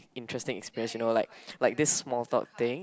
interesting experience you know like like this small talk thing